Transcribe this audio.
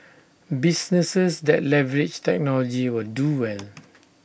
businesses that leverage technology will do well